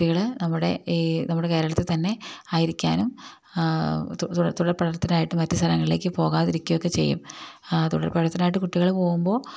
കുട്ടികള് നമ്മുടെ ഈ നമ്മുടെ കേരളത്തില് തന്നെ ആയിരിക്കാനും തുടർപഠനത്തിനായിട്ട് മറ്റു സ്ഥലങ്ങളിലേക്ക് പോകാതിരിക്കുകയുമൊക്കെ ചെയ്യും തുടർപഠനത്തിനായിട്ട് കുട്ടികള് പോകുമ്പോള്